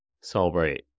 celebrate